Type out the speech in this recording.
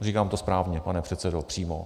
Říkám to správně, pane předsedo, přímo.